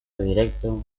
directo